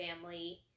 family